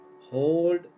Hold